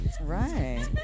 Right